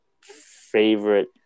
favorite